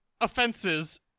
offenses